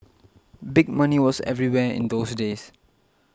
big money was everywhere in those days